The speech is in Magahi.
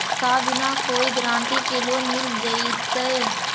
का बिना कोई गारंटी के लोन मिल जीईतै?